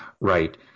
Right